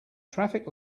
traffic